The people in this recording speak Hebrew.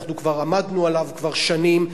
כבר עמדנו עליו שנים,